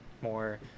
more